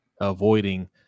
avoiding